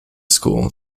school